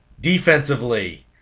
Defensively